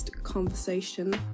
conversation